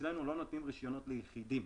אצלנו לא נותנים רישיונות ליחידים.